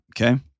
okay